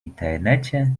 internecie